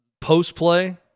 post-play